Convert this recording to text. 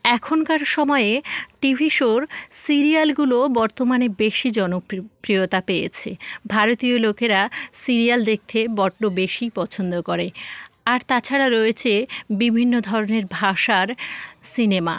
এখনকার সময়ে টি ভি শোর সিরিয়ালগুলো বর্তমানে বেশি জনপ্রিয় প্রিয়তা পেয়েছে ভারতীয় লোকেরা সিরিয়াল দেখতে বড্ড বেশিই পছন্দ করে আর তাছাড়া রয়েছে বিভিন্ন ধরনের ভাষার সিনেমা